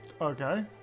Okay